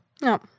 No